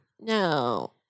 No